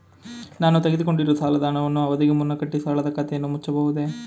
ನಾನು ತೆಗೆದುಕೊಂಡಿರುವ ಸಾಲದ ಹಣವನ್ನು ಅವಧಿಗೆ ಮುನ್ನ ಕಟ್ಟಿ ಸಾಲದ ಖಾತೆಯನ್ನು ಮುಚ್ಚಬಹುದೇ?